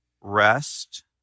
rest